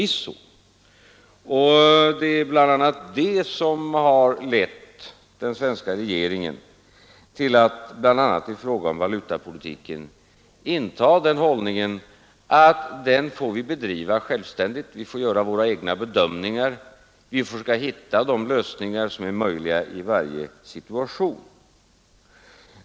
Det är bl.a. det som har lett den svenska regeringen till att i fråga om valutapolitiken inta den hållningen att vi får bedriva den självständigt. Vi får göra våra egna bedömningar, vi skall hitta de lösningar som är möjliga i varje situation.